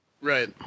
right